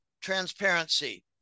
transparency